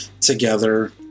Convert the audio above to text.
together